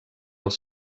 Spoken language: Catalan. els